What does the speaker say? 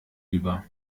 über